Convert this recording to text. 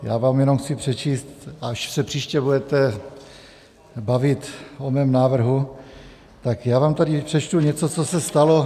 Já vám jenom chci přečíst, až se příště budete bavit o mém návrhu, tak já vám tady přečtu něco, co se stalo...